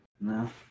no